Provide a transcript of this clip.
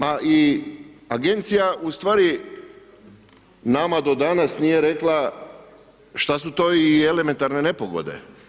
Ma i agencija ustvari nama do danas nije rekla šta su to i elementarne nepogode.